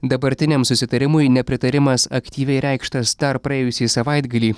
dabartiniam susitarimui nepritarimas aktyviai reikštas dar praėjusį savaitgalį